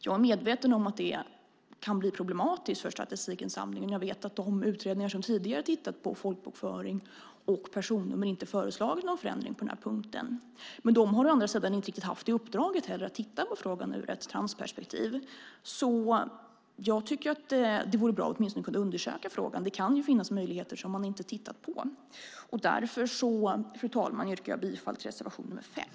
Jag är medveten om att det kan bli problematiskt för statistikinsamlingen, och jag vet att de utredningar som tidigare har tittat på folkbokföring och personnummer inte har föreslagit någon förändring på denna punkt. Men de har å andra sidan inte heller riktigt haft i uppdrag att titta på frågan ur ett transperspektiv. Jag tycker att det vore bra om man åtminstone kunde undersöka frågan. Det kan finnas möjligheter som man inte har tittat på. Därför, fru talman, yrkar jag bifall till reservation nr 5.